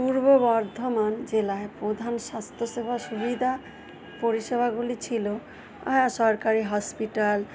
পূর্ব বর্ধমান জেলায় প্রধান স্বাস্থ্যসেবা সুবিধা পরিষেবাগুলি ছিল হ্যাঁ সরকারি হসপিটাল